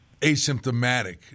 asymptomatic